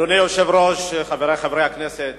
אדוני היושב-ראש, חברי חברי הכנסת,